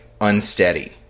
unsteady